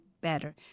better